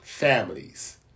Families